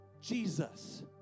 Jesus